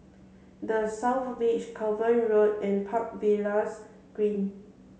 the South Beach Cavan Road and Park Villas Green